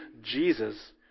Jesus